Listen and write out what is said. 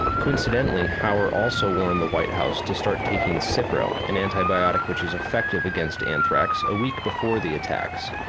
coincidentally hauer also warned the white house to start taking so cipro an antibiotic which is effective against anthrax a week before the attacks.